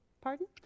Pardon